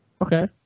Okay